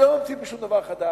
אני לא ממציא פה שום דבר חדש.